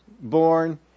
born